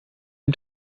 dem